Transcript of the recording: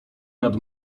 nad